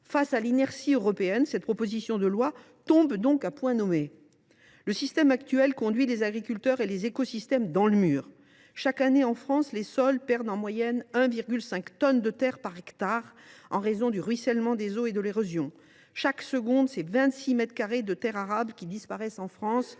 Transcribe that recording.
Face à l’inertie européenne, cette proposition de loi tombe donc à point nommé ! Le système actuel mène les agriculteurs et les écosystèmes dans le mur. Chaque année, en France, les sols perdent en moyenne 1,5 tonne de terre par hectare en raison du ruissellement des eaux et de l’érosion. Chaque seconde, 26 mètres carrés de terre arable disparaissent en France,